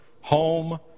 home